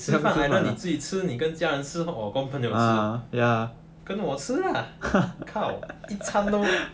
你吃饭 either 跟自己吃你跟家人吃或跟朋友吃跟我吃 ah kao 一餐都没有